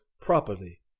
properly